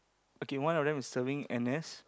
okay one of them is serving n_s